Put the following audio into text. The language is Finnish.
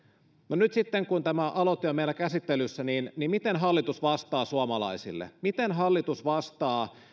no nyt sitten kun tämä aloite on meillä käsittelyssä niin niin miten hallitus vastaa suomalaisille miten hallitus vastaa